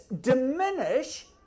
diminish